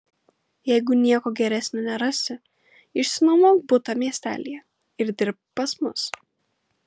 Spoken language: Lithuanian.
jeigu nieko geresnio nerasi išsinuomok butą miestelyje ir dirbk pas mus